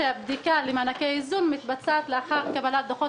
שהבדיקה לגביהם מתבצעת לאחר קבלת דוחות